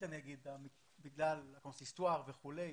בגלל הקונסיסטואר וכולי,